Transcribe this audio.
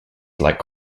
like